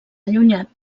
allunyat